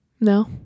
No